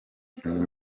uyu